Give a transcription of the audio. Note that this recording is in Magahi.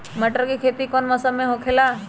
मटर के खेती कौन मौसम में होखेला?